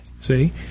see